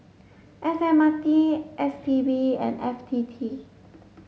S M R T S T B and F T T